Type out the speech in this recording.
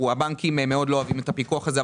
הבנקים מאוד לא אוהבים את הפיקוח הזה,